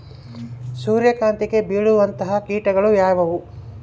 ಸೂರ್ಯಕಾಂತಿಗೆ ಬೇಳುವಂತಹ ಕೇಟಗಳು ಯಾವ್ಯಾವು?